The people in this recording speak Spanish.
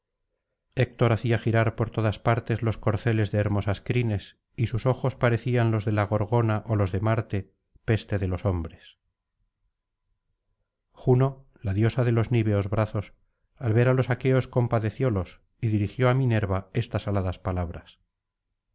héctor hacía girar por todas partes los corceles de hermosas crines y sus ojos parecían los de la gorgona ó los de marte peste de los hombres juno la diosa de los niveos brazos al ver á los aqueos compadeciólos y dirigió á minena estas aladas palabras